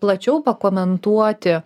plačiau pakomentuoti